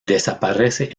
desaparece